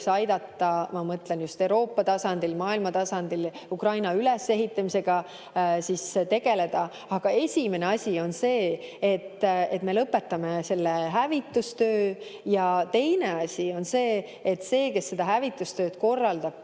aidata, ma mõtlen just Euroopa tasandil, maailmatasandil, Ukraina ülesehitamisega tegeleda. Aga esimene asi on see, et me lõpetame selle hävitustöö, ja teine asi on see, et see, kes seda hävitustööd korraldab,